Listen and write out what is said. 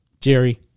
Jerry